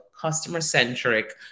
customer-centric